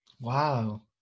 Wow